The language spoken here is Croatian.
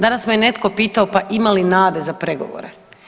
Danas me netko pitao pa ima li nade za pregovore?